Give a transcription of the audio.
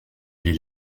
les